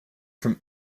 from